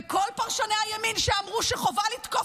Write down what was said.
וכל פרשני הימין שאמרו שחובה לתקוף,